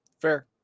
Fair